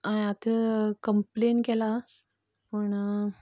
हांयेन आता कंम्प्लेन केला पूण